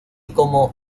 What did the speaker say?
como